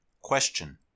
Question